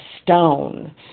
stone